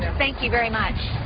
thank you very much